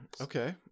Okay